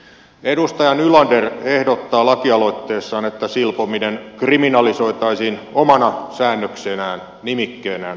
edustaja nylander ehdottaa lakialoitteessaan että silpominen kriminalisoitaisiin omana säännöksenään nimikkeenään rikoslakiin